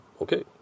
okay